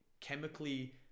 chemically